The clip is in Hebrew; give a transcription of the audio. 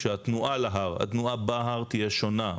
שהתנועה להר, התנועה בהר תהיה שונה.